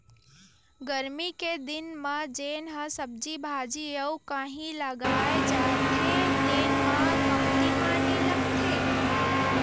गरमी के दिन म जेन ह सब्जी भाजी अउ कहि लगाए जाथे तेन म कमती पानी लागथे